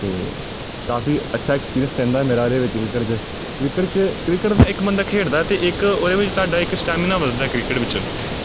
ਅਤੇ ਕਾਫੀ ਅੱਛਾ ਐਕਸਪੀਰੀਅੰਸ ਰਹਿੰਦਾ ਮੇਰਾ ਇਹਦੇ ਵਿੱਚ ਕ੍ਰਿਕਟ 'ਚ ਕ੍ਰਿਕਟ 'ਚ ਕ੍ਰਿਕਟ ਦਾ ਇੱਕ ਬੰਦਾ ਖੇਡਦਾ ਅਤੇ ਇੱਕ ਉਹਦੇ ਵਿੱਚ ਤੁਹਾਡਾ ਇੱਕ ਸਟੈਮਿਨਾ ਵੱਧਦਾ ਕ੍ਰਿਕਟ ਵਿੱਚ